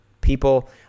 people